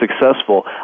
successful